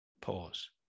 pause